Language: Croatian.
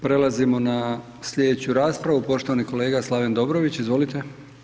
Prelazimo na slijedeću raspravu, poštovani kolega Slaven Dobrović, izvolite.